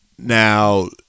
Now